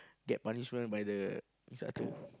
get punishment by the instructor